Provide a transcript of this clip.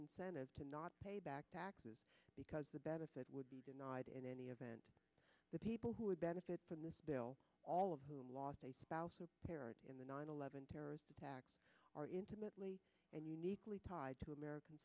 incentive to not pay back taxes because the benefit would be denied in any event the people who would benefit from this bill all of whom lost a spouse or parent in the nine eleven terrorist attacks are intimately and uniquely tied to american